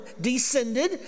descended